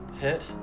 hit